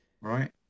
Right